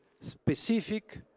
specific